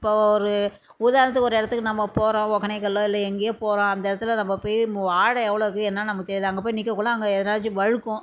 இப்போ ஒரு உதாரணத்துக்கு ஒரு இடத்துக்கு நம்ம போகிறோம் ஒக்கேனக்கலோ இல்லை எங்கேயோ போகிறோம் அந்த இடத்துல நம்ம போயி மு ஆழம் எவ்வளோ இருக்குது என்னன்னு நமக்குத் தெரியாது அங்கே போய் நிற்கக்குள்ள அங்கே எதாச்சும் வழுக்கும்